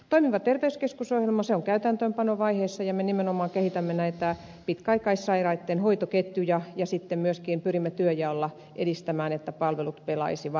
toimiva terveyskeskus ohjelma on täytäntöönpanovaiheessa ja me nimenomaan kehitämme näitä pitkäaikaissairaitten hoitoketjuja ja sitten myöskin pyrimme työnjaolla edistämään sitä että palvelut pelaisivat